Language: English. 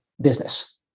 business